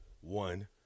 one